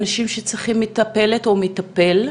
אנשים שצריכים מטפלת או מטפל.